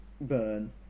Burn